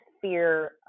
fear